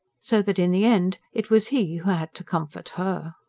so that in the end it was he who had to comfort her.